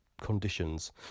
conditions